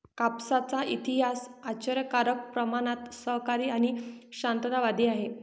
कापसाचा इतिहास आश्चर्यकारक प्रमाणात सहकारी आणि शांततावादी आहे